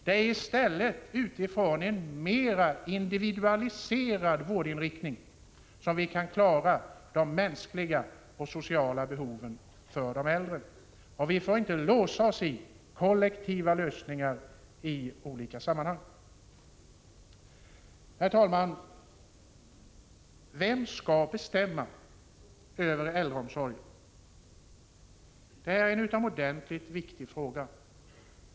Det är i stället utifrån en mera individualiserad vårdinriktning som vi kan klara de mänskliga och sociala behoven för de äldre. Vi får inte låsa oss i kollektiva lösningar i olika sammanhang. Herr talman! Vem skall bestämma över äldreomsorgen? Det är en utomordentligt viktig fråga.